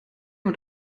und